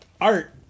art